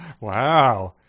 Wow